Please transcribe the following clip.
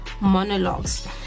monologues